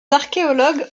archéologues